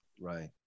right